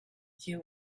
you